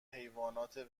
حیوانات